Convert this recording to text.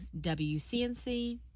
wcnc